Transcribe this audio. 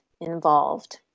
involved